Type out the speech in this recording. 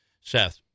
Seth